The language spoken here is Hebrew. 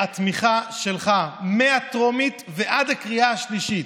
שלולא התמיכה שלך, מהטרומית ועד הקריאה השלישית,